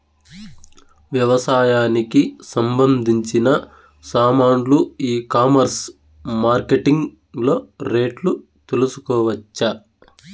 వ్యవసాయానికి సంబంధించిన సామాన్లు ఈ కామర్స్ మార్కెటింగ్ లో రేట్లు తెలుసుకోవచ్చా?